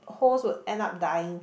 host would end up dying